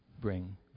bring